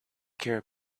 care